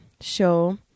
show